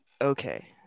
Okay